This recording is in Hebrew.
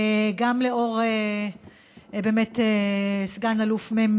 גם לאור סגן אלוף מ',